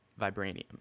vibranium